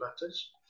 matters